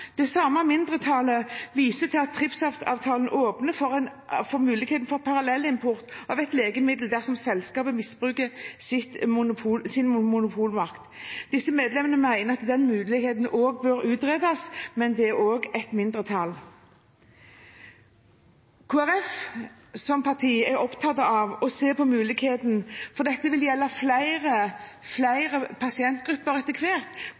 Det samme mindretallet viser til at TRIPS-avtalen åpner for muligheten for parallellimport av et legemiddel dersom selskapet misbruker sin monopolmakt. Disse medlemmene mener at den muligheten bør utredes – men dette er altså et mindretall. Kristelig Folkeparti som parti er opptatt av å se på muligheten, for dette vil gjelde flere